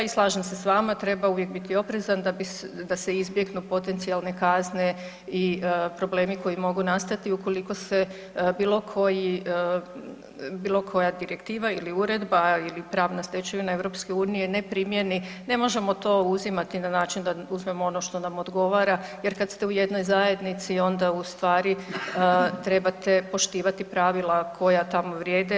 I slažem se s vama, treba uvijek biti oprezan da se izbjegnu potencijalne kazne i problemi koji mogu nastati ukoliko se bilo koji, bilo koja direktiva ili uredba ili pravna stečevina EU ne primjeni, ne možemo to uzimati na način da uzmemo ono što nam odgovara jer kad ste u jednoj zajednici onda u stvari trebate poštivati pravila koja tamo vrijede.